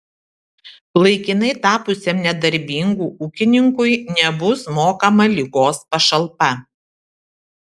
laikinai tapusiam nedarbingu ūkininkui nebus mokama ligos pašalpa